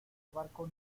barco